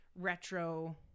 retro